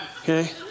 okay